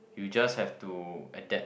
you just have to adapt